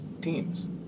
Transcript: teams